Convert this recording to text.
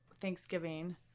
Thanksgiving